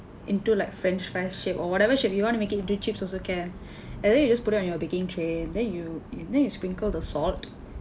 into like french fries shape or whatever shape you wanna make it into chips also can and then you just put it on your baking tray then you you then you sprinkle the salt